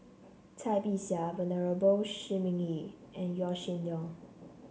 Cai Bixia Venerable Shi Ming Yi and Yaw Shin Leong